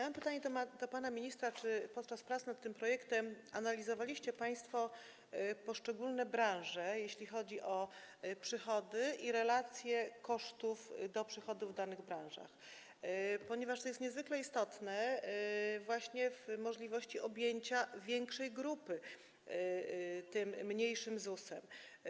Mam pytanie do pana ministra, czy podczas prac nad tym projektem analizowaliście państwo poszczególne branże, jeśli chodzi o przychody i relacje kosztów do przychodów w danych branżach, ponieważ to jest niezwykle istotne właśnie w przypadku możliwości objęcia większej grupy tym mniejszym ZUS-em.